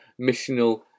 missional